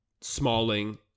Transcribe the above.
Smalling